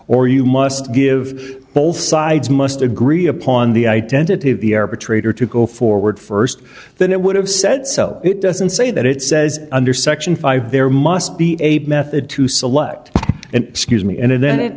or you must give both sides must agree upon the identity of the arbitrator to go forward first then it would have said so it doesn't say that it says under section five there must be a method to select an excuse me and then it